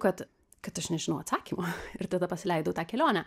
kad kad aš nežinau atsakymo ir tada pasileidau į tą kelionę